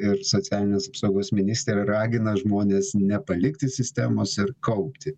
ir socialinės apsaugos ministrė ragina žmones nepalikti sistemos ir kaupti